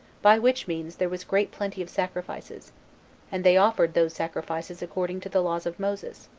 by which means there was great plenty of sacrifices and they offered those sacrifices according to the laws of moses,